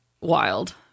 wild